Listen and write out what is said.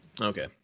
Okay